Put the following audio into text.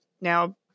now